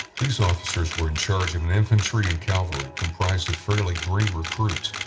these officers were in charge of an infantry and cavalry comprised of fairly green recruits,